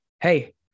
hey